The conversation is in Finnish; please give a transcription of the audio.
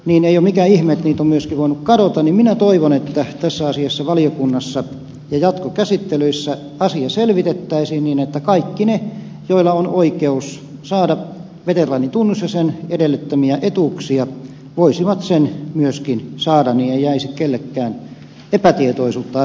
niin ei mikään ihme olisi kuin on tehty minä toivon että tässä asiassa valiokunnassa ja jatkokäsittelyissä asia selvitettäisiin niin että kaikki ne joilla on oikeus saada veteraanitunnus ja sen edellyttämiä etuuksia voisivat veteraanitunnuksen myöskin saadaan yleensä kellekään epätietoisuutta